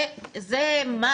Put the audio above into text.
זה חובה.